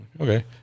okay